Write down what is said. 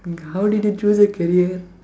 and how did you choose a career